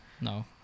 no